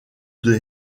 des